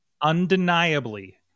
undeniably